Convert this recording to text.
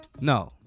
no